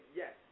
yes